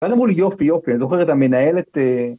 ואז אמרו לי, יופי, יופי, ‫אני זוכר את המנהלת אה...